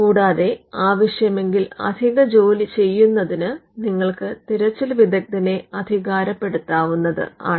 കൂടാതെ ആവശ്യമെങ്കിൽ അധിക ജോലി ചെയ്യുന്നതിന് നിങ്ങൾക്ക് തിരച്ചിൽ വിദഗ്ധനെ അധികാരപ്പെടുത്താവുന്നതാണ്